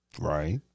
Right